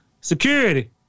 Security